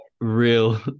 real